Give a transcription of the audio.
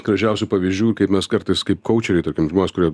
gražiausių pavyzdžių kaip mes kartais kaip koučeriai tokie žmonės kurie